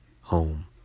home